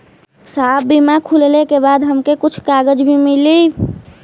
साहब बीमा खुलले के बाद हमके कुछ कागज भी मिली?